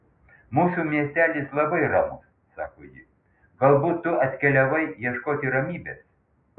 mūsų miestelis labai ramus sako ji galbūt tu ir atkeliavai ieškoti ramybės